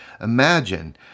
imagine